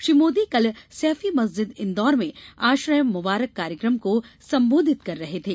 श्री मोदी कल सैफी मस्जिद इंदौर में अशरा मुबारक कार्यक्रम को सम्बोधित कर रहे थे